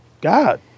God